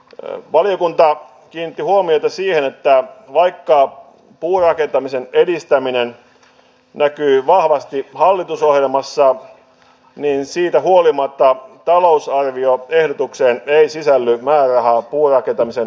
eu valiokunta kiinnitti huomiota siihen että vaikka puurakentamisen edistäminen näkyy vahvasti hallitusohjelmassa niin siitä huolimatta talousarvio ehdotukseen ei sisälly määrärahaa puurakentamisen